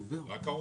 רק הרוכש.